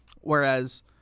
Whereas